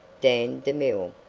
dan demille,